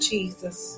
Jesus